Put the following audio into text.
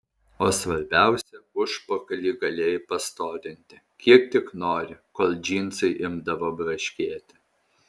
o svarbiausia užpakalį galėjai pastorinti kiek tik nori kol džinsai imdavo braškėti